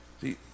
See